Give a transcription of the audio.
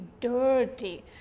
dirty